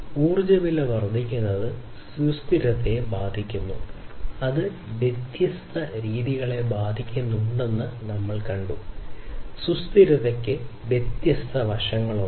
ഊർജ്ജ വില വർദ്ധിക്കുന്നത് സുസ്ഥിരതയെ ബാധിക്കുന്നു അത് വ്യത്യസ്ത രീതികളെ ബാധിക്കുന്നുണ്ടെന്ന് നമ്മൾ കണ്ടു സുസ്ഥിരതയ്ക്ക് വ്യത്യസ്ത വശങ്ങളുണ്ട്